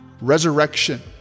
resurrection